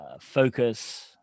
focus